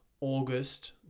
August